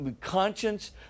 conscience